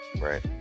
right